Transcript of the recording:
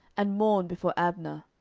and mourn before abner.